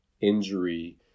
injury